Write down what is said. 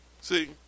See